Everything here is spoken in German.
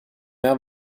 mehr